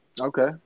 Okay